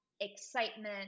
excitement